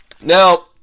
Now